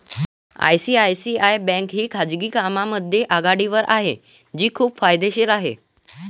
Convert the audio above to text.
ICICI bank ही खाजगी बँकांमध्ये आघाडीवर आहे जी खूप फायदेशीर आहे